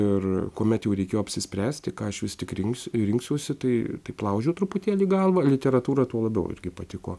ir kuomet jau reikėjo apsispręsti ką aš vis tik rinks rinksiuosi tai taip laužiau truputėlį galvą literatūra tuo labiau irgi patiko